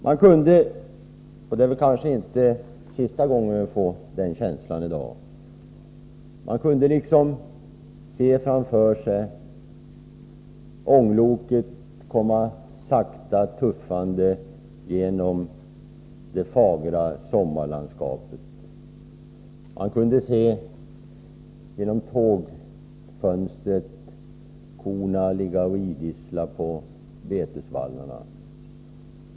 Man kunde - och det är kanske inte sista gången man får den känslan i dag — framför sig se ångloket komma sakta tuffande genom det fagra sommarlandskapet. Man kunde genom tågfönstret se korna ligga och idissla på betesvallarna.